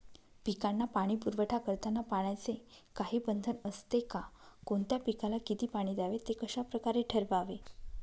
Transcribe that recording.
पिकांना पाणी पुरवठा करताना पाण्याचे काही बंधन असते का? कोणत्या पिकाला किती पाणी द्यावे ते कशाप्रकारे ठरवावे?